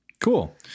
Cool